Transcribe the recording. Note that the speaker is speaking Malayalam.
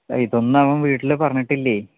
അ ഇതൊന്നും അവൻ വീട്ടില് പറഞ്ഞിട്ടില്ലേ